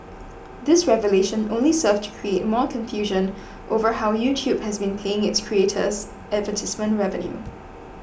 this revelation only served to create more confusion over how YouTube has been paying its creators advertisement revenue